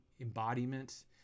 embodiment